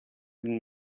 been